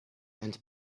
and